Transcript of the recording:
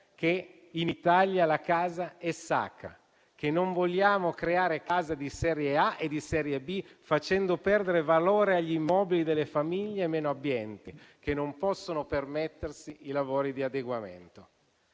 che in Italia la casa è sacra, che non vogliamo creare case di serie A e di serie B facendo perdere valore agli immobili delle famiglie meno abbienti che non possono permettersi i lavori di adeguamento.